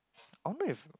only if